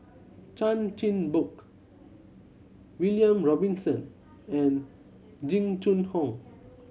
Chan Chin Bock William Robinson and Jing Jun Hong